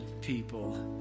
people